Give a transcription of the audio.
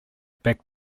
back